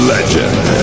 Legend